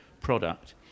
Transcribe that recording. product